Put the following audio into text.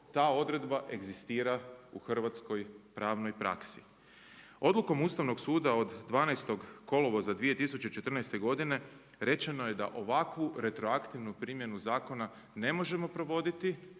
ta odredba egzistira u hrvatskoj pravnoj praksi. Odlukom Ustavnog suda od 12. kolovoza 2014. godine rečeno je da ovakvu retroaktivnu primjenu zakona ne možemo provoditi